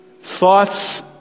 Thoughts